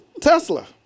Tesla